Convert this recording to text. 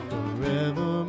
Forever